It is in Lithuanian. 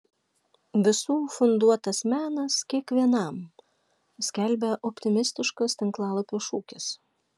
visų funduotas menas kiekvienam skelbia optimistiškas tinklalapio šūkis